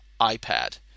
iPad